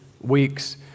weeks